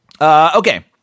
Okay